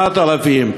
8,000,